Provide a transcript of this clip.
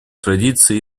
традиций